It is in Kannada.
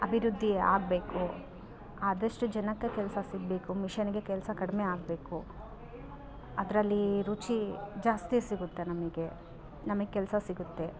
ಅಭಿವೃದ್ಧಿ ಆಗಬೇಕು ಆದಷ್ಟು ಜನಕ್ಕೆ ಕೆಲಸ ಸಿಗಬೇಕು ಮಿಷನಿಗೆ ಕೆಲಸ ಕಡಿಮೆ ಆಗಬೇಕು ಅದರಲ್ಲಿ ರುಚಿ ಜಾಸ್ತಿ ಸಿಗುತ್ತೆ ನಮಗೆ ನಮ್ಗೆ ಕೆಲಸ ಸಿಗುತ್ತೆ